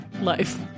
Life